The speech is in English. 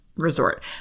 resort